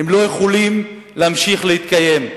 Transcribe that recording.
הן לא יוכלו להמשיך להתקיים.